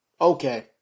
Okay